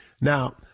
Now